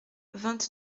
vingt